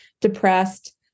depressed